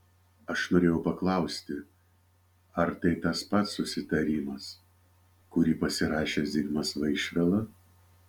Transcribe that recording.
aš norėjau paklausti ar tai tas pats susitarimas kurį pasirašė zigmas vaišvila